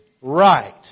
right